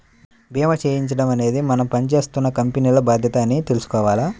భీమా చేయించడం అనేది మనం పని జేత్తున్న కంపెనీల బాధ్యత అని తెలుసుకోవాల